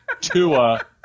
Tua